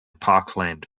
parkland